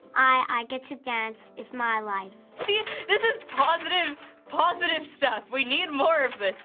i get to dance. it's my life. see? this is positive positive stuff. we need more of this.